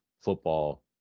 football